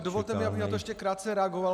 Dovolte, abych na to ještě krátce reagoval.